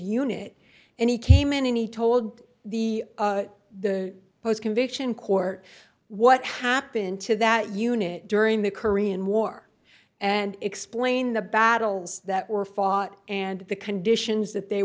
unit and he came in and he told the the post conviction court what happened to that unit during the korean war and explain the battles that were fought and the conditions that they